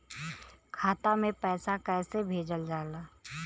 खाता में पैसा कैसे भेजल जाला?